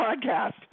podcast